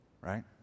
Right